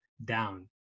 down